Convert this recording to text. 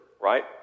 Right